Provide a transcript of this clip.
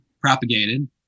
propagated